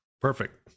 perfect